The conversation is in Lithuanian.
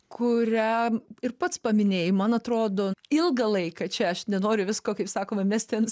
kurią ir pats paminėjai man atrodo ilgą laiką čia aš nenoriu visko kaip sakoma mesti ant